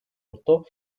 otto